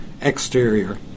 exterior